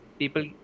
people